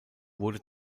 wurde